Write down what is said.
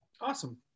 Awesome